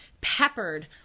peppered